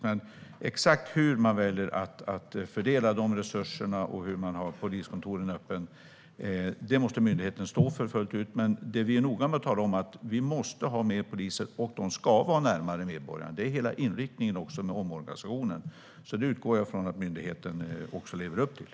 Men exakt hur man väljer att fördela dessa resurser och hur man håller poliskontoren öppna måste myndigheten stå för fullt ut. Vi är dock noga med att tala om att vi måste ha fler poliser, och de ska vara närmare medborgarna. Det är också hela inriktningen för omorganisationen, så det utgår jag från att myndigheten lever upp till.